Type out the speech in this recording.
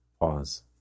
Pause